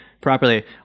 properly